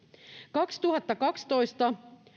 kaksituhattakaksitoista